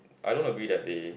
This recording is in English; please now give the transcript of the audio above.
I don't agree that they